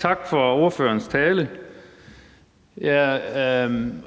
Tak for ordførerens tale. Jeg